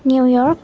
New York